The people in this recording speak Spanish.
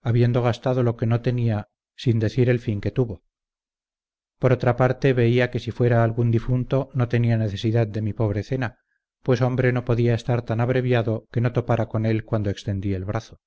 habiendo gastado lo que no tenía sin decir el fin que tuvo por otra parte veía que si fuera algún difunto no tenía necesidad de mi pobre cena pues hombre no podía estar tan abreviado que no topara con él cuando extendí el brazo